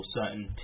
certain